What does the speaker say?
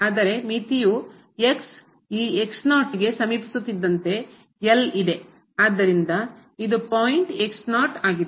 ಅದರ ಮಿತಿಯು ಈ ಗೆ ಸಮೀಪಿಸುತ್ತಿದ್ದಂತೆ ಆದ್ದರಿಂದ ಇದು ಪಾಯಿಂಟ್ ಆಗಿದೆ